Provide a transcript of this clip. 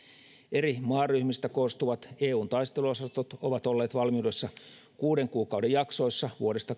eri maaryhmistä koostuvat eun taisteluosastot ovat olleet valmiudessa kuuden kuukauden jaksoissa vuodesta